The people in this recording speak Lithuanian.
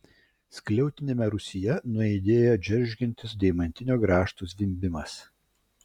skliautiniame rūsyje nuaidėjo džeržgiantis deimantinio grąžto zvimbimas